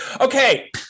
Okay